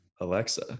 Alexa